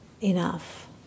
enough